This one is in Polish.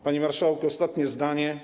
Panie marszałku, ostatnie zdanie.